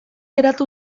eratu